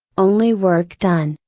only work done,